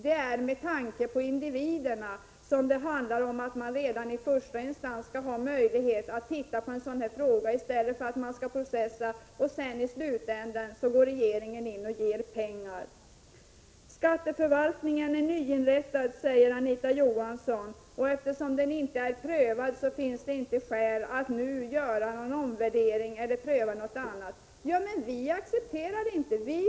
Det är med tanke på individerna som vi anser att man redan i första instans skall ha möjlighet att se över en sådan här fråga i stället för att människor skall behöva processa och att regeringen sedan i slutänden går in och ger pengar. Skatteförvaltningen är nyinrättad, och eftersom den inte är prövad finns det inte skäl att nu göra någon omvärdering eller pröva något annat, säger Anita Johansson. Men vi accepterar inte detta.